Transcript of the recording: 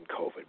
COVID